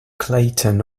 clayton